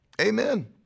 Amen